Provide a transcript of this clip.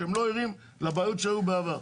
שהם לא ערים לבעיות שהיו בעבר.